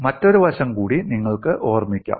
മറ്റൊരു വശം കൂടി നിങ്ങൾക്ക് ഓർമ്മിക്കാം